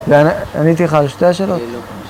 עניתי לך על 2 השאלות?